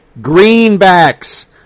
Greenbacks